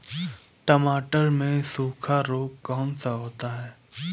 टमाटर में सूखा रोग कौन सा होता है?